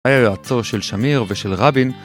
היה יועצו של שמיר ושל רבין